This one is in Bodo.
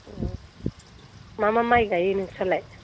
औ मा मा माइ गायो नोंस्रालाय